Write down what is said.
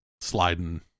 sliding